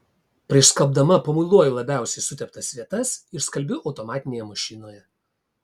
prieš skalbdama pamuiluoju labiausiai suteptas vietas ir skalbiu automatinėje mašinoje